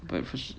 breakfast